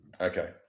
Okay